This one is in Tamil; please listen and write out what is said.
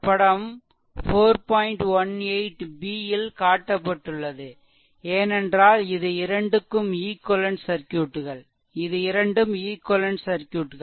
18 b ல் காட்டப்பட்டுள்ளதுஏனென்றால் இது இரண்டும் ஈக்வெலென்ட் சர்க்யூட்கள்